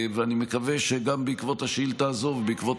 אני מקווה שבעקבות השאילתה הזו וגם בעקבות